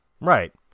right